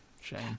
Shame